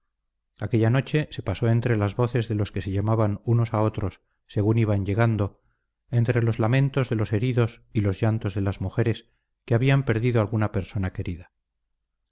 aquella noche se pasó entre las voces de los que se llamaban unos a otros según iban llegando entre los lamentos de los heridos y los llantos de las mujeres que habían perdido alguna persona querida